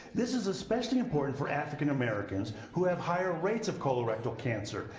this is especially important for african americans who have higher rates of colorectal cancer.